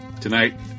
Tonight